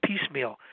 piecemeal